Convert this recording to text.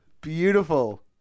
Beautiful